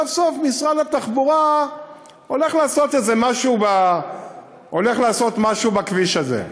סוף-סוף משרד התחבורה הולך לעשות משהו בכביש הזה,